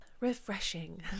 refreshing